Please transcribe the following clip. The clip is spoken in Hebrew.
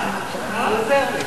הוא עוזר לי.